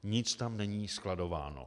Nic tam není skladováno.